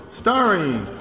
starring